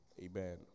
Amen